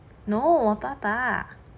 no 我爸爸